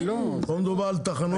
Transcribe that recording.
פה מדובר על תחנה פחמית.